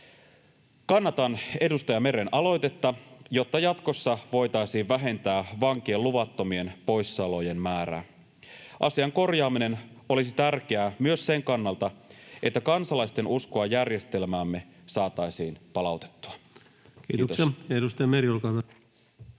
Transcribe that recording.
Kannatan edustaja Meren aloitetta, jotta jatkossa voitaisiin vähentää vankien luvattomien poissaolojen määrää. Asian korjaaminen olisi tärkeää myös sen kannalta, että kansalaisten uskoa järjestelmäämme saataisiin palautettua. — Kiitos.